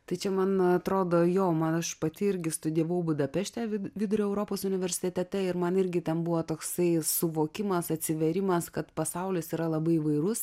tai čia man atrodo jo man aš pati irgi studijavau budapešte vidurio europos universitete ir man irgi ten buvo toksai suvokimas atsivėrimas kad pasaulis yra labai įvairus